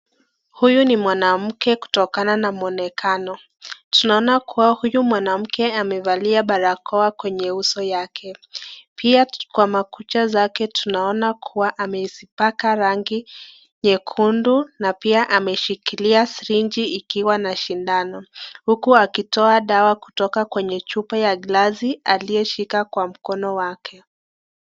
Huyu ni mwanamke kutokana na muonekano, tunaona kuwa huyu mwanamke amevalia barakoa kwenye uso yake, pia kwa makucha zake tunaona kuwa amezipaka rangi nyekundu na pia ameshikilia srinji ikiwa na sindano, uku akitoa dawa kwenye chupa ya glasi aliyeshika kwa mkono wake.